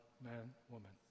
man-woman